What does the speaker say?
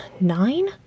nine